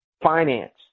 finance